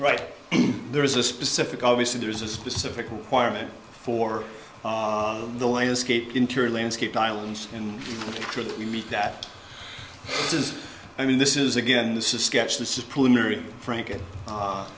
right there is a specific obviously there's a specific requirement for the landscape interior landscape islands and should be that is i mean this is again this is sketch disciplinary frank